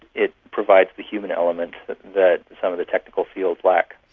it provides the human element that that some of the technical fields lack.